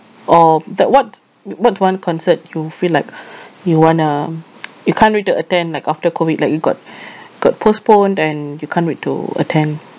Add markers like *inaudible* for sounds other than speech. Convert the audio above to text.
or that what what's one concert you feel like *breath* you wanna you can't wait to attend like after COVID like it got *breath* got postponed and you can't wait to attend